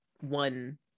one